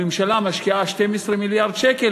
הממשלה משקיעה 12 מיליארד שקל,